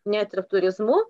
net ir turizmu